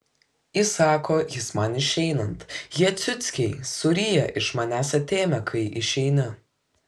įsako jis man išeinant jie ciuckiai suryja iš manęs atėmę kai išeini